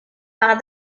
par